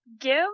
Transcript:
Give